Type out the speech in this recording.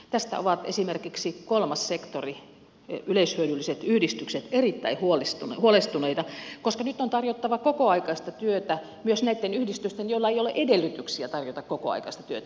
tästä on esimerkiksi kolmas sektori yleishyödylliset yhdistykset erittäin huolestunut koska nyt on tarjottava kokoaikaista työtä myös näitten yhdistysten joilla ei ole edellytyksiä tarjota kokoaikaista työtä